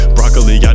Broccoli